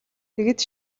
тэгээд